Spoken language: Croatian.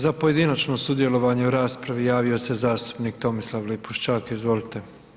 Za pojedinačno sudjelovanje u raspravi javio se zastupnik Tomislav Lipošćak, izvolite.